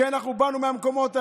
כי אנחנו באנו מהמקומות האלה.